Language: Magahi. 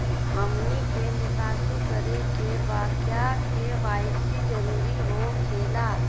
हमनी के निकासी करे के बा क्या के.वाई.सी जरूरी हो खेला?